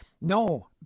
No